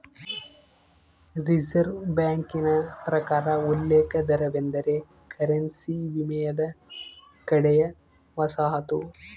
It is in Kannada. ರಿಸೆರ್ವೆ ಬ್ಯಾಂಕಿನ ಪ್ರಕಾರ ಉಲ್ಲೇಖ ದರವೆಂದರೆ ಕರೆನ್ಸಿ ವಿನಿಮಯದ ಕಡೆಯ ವಸಾಹತು